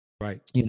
Right